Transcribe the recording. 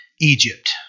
Egypt